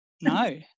No